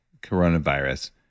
coronavirus